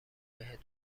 بهت